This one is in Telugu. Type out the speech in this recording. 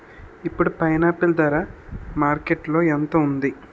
ఇప్పుడు పైనాపిల్ ధర మార్కెట్లో ఎంత ఉంది?